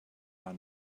are